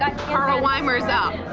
ah carl weimer's up.